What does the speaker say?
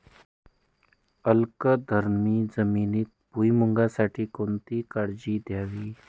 अल्कधर्मी जमिनीत भुईमूगासाठी कोणती काळजी घ्यावी?